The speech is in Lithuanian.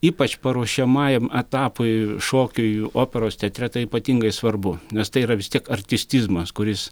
ypač paruošiamajam etapui šokiui operos teatre tai ypatingai svarbu nes tai yra vis tiek artistizmas kuris